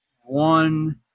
One